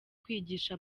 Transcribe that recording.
kwigisha